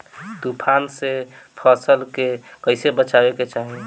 तुफान से फसल के कइसे बचावे के चाहीं?